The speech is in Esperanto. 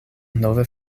nove